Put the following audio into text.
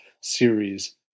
series